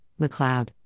McLeod